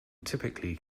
typically